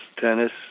tennis